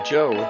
Joe